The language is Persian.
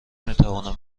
میتوانم